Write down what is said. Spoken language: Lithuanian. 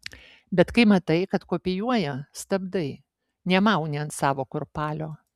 bet kai matai kad kopijuoja stabdai nemauni ant savo kurpalio